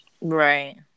Right